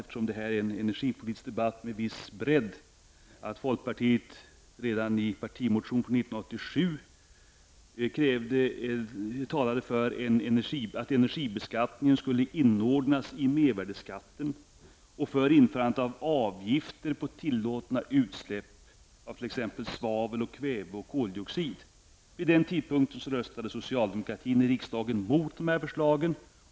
Eftersom detta är en energipolitisk debatt med en viss bredd vill jag också erinra om att folkpartiet redan i en partimotion 1987 talade för att energibeskattningen skulle inordnas i mervärdeskatten och för införandet av avgifter på tillåtna utsläpp av t.ex. svavel, kväve och koldioxid. Vid den tidpunkten röstade socialdemokraterna i riksdagen mot dessa förslag.